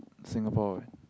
Singapore eh